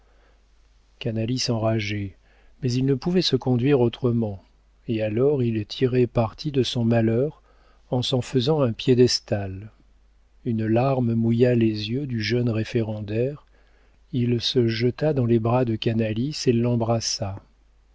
canalis enrageait mais il ne pouvait se conduire autrement et alors il tirait parti de son malheur en s'en faisant un piédestal une larme mouilla les yeux du jeune référendaire il se jeta dans les bras de canalis et l'embrassa